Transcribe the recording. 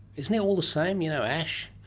isn't it all the same you know, ash,